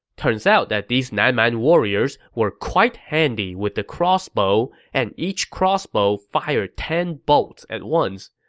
turns out that these nan man warriors were quite handy with the crossbow, and each crossbow fired ten bolts at once.